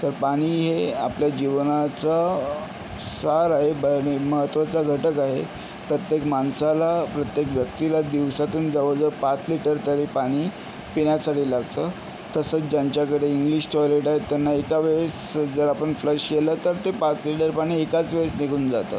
तर पाणी हे आपल्या जीवनाचं सार आहे ब नी महत्त्वाचा घटक आहे प्रत्येक माणसाला प्रत्येक व्यक्तीला दिवसातून जवळजवळ पाच लिटर तरी पाणी पिण्यासाठी लागतं तसंच ज्यांच्याकडे इंग्लिश चॉयलेट आहेत त्यांना एकावेळेस जर आपण फ्लश केलं तर ते पाच लिटर पाणी एकाच वेळीस निघून जातं